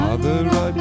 Father